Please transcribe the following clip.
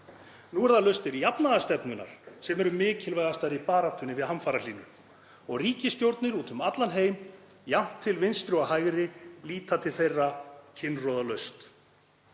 Nú eru það lausnir jafnaðarstefnunnar sem eru mikilvægastar í baráttunni við hamfarahlýnun og ríkisstjórnir úti um allan heim, jafnt til vinstri og hægri, líta til þeirra kinnroðalaust.